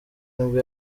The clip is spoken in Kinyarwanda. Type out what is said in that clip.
nibwo